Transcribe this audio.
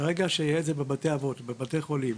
ברגע שיהיה את זה בבתי אבות ובבתי חולים